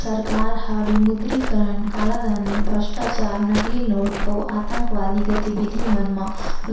सरकार ह विमुद्रीकरन कालाधन, भस्टाचार, नकली नोट अउ आंतकवादी गतिबिधि मन म